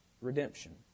redemption